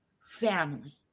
family